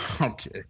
Okay